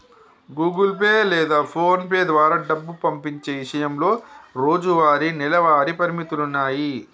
Google Pay లేదా PhonePe ద్వారా డబ్బు పంపించే ఇషయంలో రోజువారీ, నెలవారీ పరిమితులున్నాయి